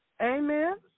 Amen